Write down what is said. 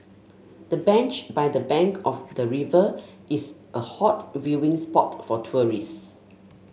the bench by the bank of the river is a hot viewing spot for tourists